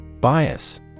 Bias